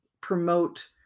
promote